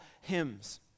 hymns